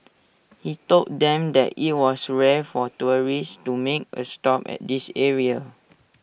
he told them that IT was rare for tourists to make A stop at this area